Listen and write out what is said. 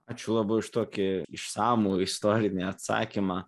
ačiū labai už tokį išsamų istorinį atsakymą